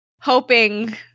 hoping